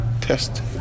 test